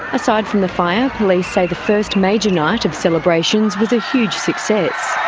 aside from the fire, police say the first major night of celebrations was a huge success.